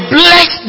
bless